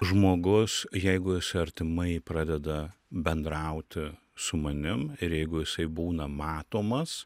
žmogus jeigu jis artimai pradeda bendrauti su manim ir jeigu jisai būna matomas